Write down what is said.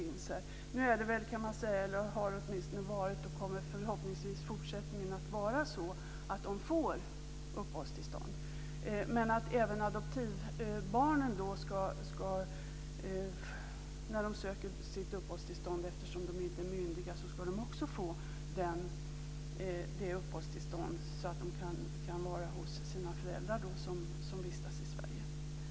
Nu har det ju varit så, och kommer förhoppningsvis även i fortsättningen att vara så, att de får uppehållstillstånd. Men även när adoptivbarnen söker uppehållstillstånd, eftersom de inte är myndiga, ska de också få detta uppehållstillstånd så att de kan vara hos sina föräldrar som vistas i Sverige.